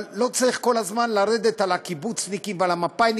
אבל לא צריך כל הזמן לרדת על הקיבוצניקים ועל המפא"יניקים,